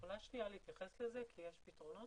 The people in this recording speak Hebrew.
יכולה להתייחס לזה כי יש פתרונות.